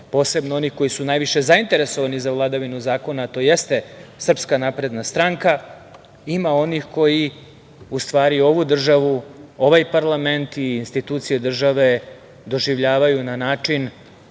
posebno oni koji su najviše zainteresovani za vladavinu zakona a to jeste SNS, ima onih koji u stvari ovu državu, ovaj parlament i instituciju države doživljavaju na način